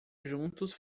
juntos